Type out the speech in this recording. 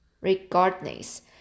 Regardless